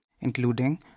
including